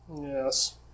yes